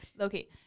Okay